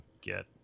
get